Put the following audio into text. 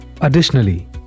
Additionally